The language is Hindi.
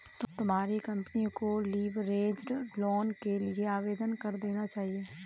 तुम्हारी कंपनी को लीवरेज्ड लोन के लिए आवेदन कर देना चाहिए